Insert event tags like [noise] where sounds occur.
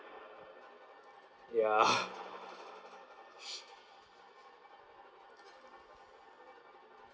ya [laughs] [noise]